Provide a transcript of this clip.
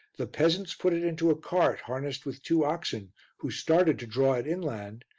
the peasants put it into a cart harnessed with two oxen who started to draw it inland,